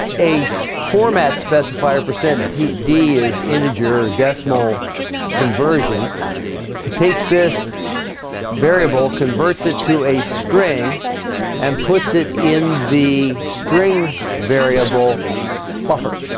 a format specifier percent td is integer decimal conversion it takes this variable converts it to a string and puts it in the string variable buffer